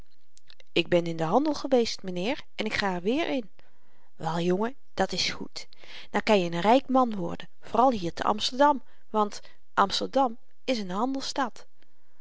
ik ben in den handel geweest m'nheer en ik ga er weer in wel jongen dat s goed dan kan je n n ryk man worden vooral hier te amsterdam want amsterdam is n handelsstad